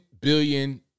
billion